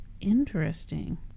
Interesting